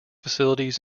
facilities